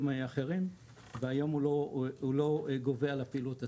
אחרים והיום הוא לא גובה על הפעילות עצמה,